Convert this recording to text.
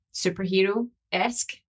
superhero-esque